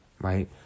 right